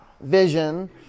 vision